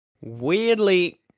weirdly